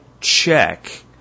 check